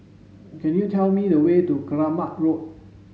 could you tell me the way to Keramat Road